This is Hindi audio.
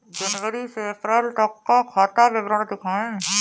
जनवरी से अप्रैल तक का खाता विवरण दिखाए?